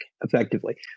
effectively